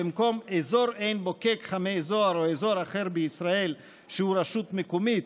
במקום "אזור עין בוקק-חמי זוהר או אזור אחר בישראל שהוא רשות מקומית,